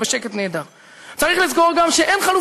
נדבך אחד שצריך להשלים בו עוד הרבה מאוד